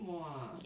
!wah!